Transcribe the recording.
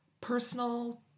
personal